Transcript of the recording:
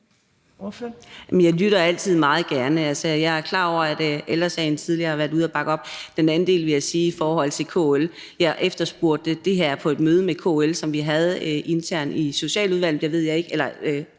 Jeg lytter altid meget gerne. Jeg er klar over, at Ældre Sagen tidligere har været ude at bakke op. Til den anden del om KL vil jeg sige, at jeg efterspurgte det her på et møde med KL, som vi havde internt i Sundheds-